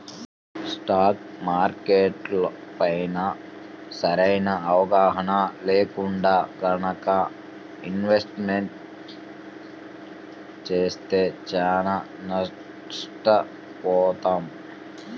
stock మార్కెట్లపైన సరైన అవగాహన లేకుండా గనక ఇన్వెస్ట్మెంట్ చేస్తే చానా నష్టపోతాం